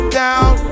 down